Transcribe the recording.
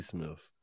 Smith